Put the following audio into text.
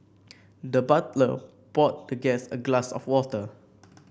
the butler poured the guest a glass of water